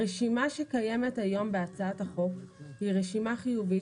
הרשימה שקיימת היום בהצעת החוק היא רשימה חיובית